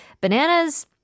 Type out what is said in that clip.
bananas